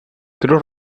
cruz